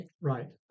Right